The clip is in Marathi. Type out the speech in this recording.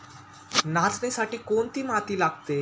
नाचणीसाठी कोणती माती लागते?